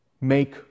make